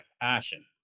passion